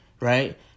right